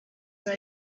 biba